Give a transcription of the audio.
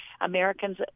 americans